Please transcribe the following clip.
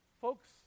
Folks